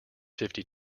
fifty